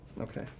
Okay